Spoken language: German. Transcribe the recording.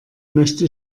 möchte